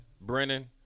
Brennan